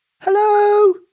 Hello